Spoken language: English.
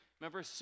Remember